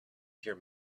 pure